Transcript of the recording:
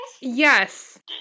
Yes